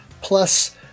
Plus